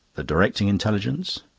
the directing intelligences,